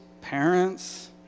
parents